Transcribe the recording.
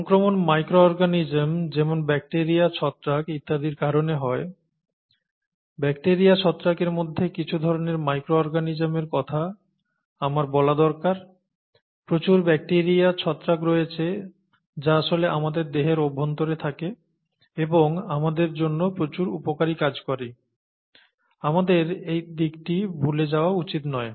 সংক্রমণ micro organism যেমন bacteria ছত্রাক ইত্যাদির কারণে হয় ব্যাকটিরিয়া ছত্রাকের মধ্যে কিছু ধরণের মাইক্রো অর্গানিজমের কথা আমার বলা দরকার প্রচুর ব্যাকটিরিয়া ছত্রাক রয়েছে যা আসলে আমাদের দেহের অভ্যন্তরে থাকে এবং আমাদের জন্য প্রচুর উপকারী কাজ করে আমাদের সেই দিকটি ভুলে যাওয়া উচিত নয়